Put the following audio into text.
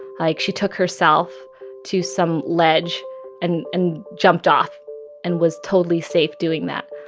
like, she took herself to some ledge and and jumped off and was totally safe doing that.